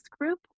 group